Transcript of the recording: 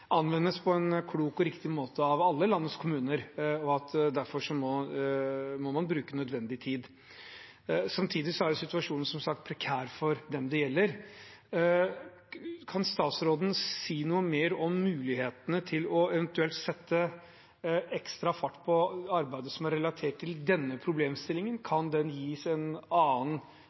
anvendes på en klok og riktig måte av alle landets kommuner, og at man derfor må bruke nødvendig tid. Samtidig er situasjonen som sagt prekær for dem det gjelder. Kan statsråden si noe mer om mulighetene til eventuelt å sette ekstra fart på arbeidet som er relatert til denne problemstillingen? Kan den gis en annen